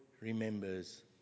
remembers